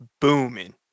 booming